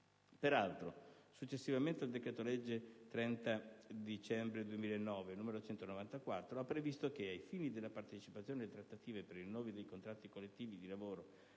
Peraltro, successivamente il decreto-legge 30 dicembre 1994, n. 194, ha previsto che «ai fini della partecipazione alle trattative per il rinnovo dei contratti collettivi di lavoro